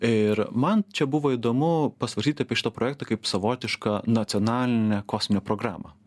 ir man čia buvo įdomu pasvarstyti apie šitą projektą kaip savotišką nacionalinę kosminę programą